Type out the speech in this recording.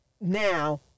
now